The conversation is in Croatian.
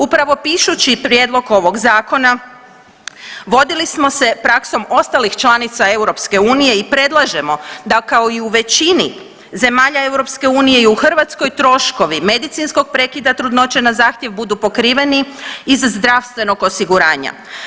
Upravo pišući prijedlog ovog zakona vodili smo se praksom ostalih članica EU i predlažemo da kao i u većini zemalja EU i u Hrvatskoj troškovi medicinskog prekida trudnoće na zahtjev budu pokriveni iz zdravstvenog osiguranja.